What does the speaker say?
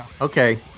Okay